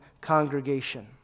congregation